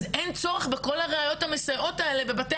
אז אין צורך בכל הראיות המסייעות האלה בבתי